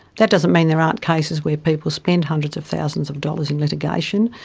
that doesn't mean there aren't cases where people spend hundreds of thousands of dollars in litigation,